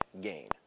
gain